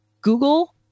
Google